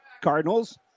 Cardinals